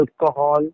Alcohol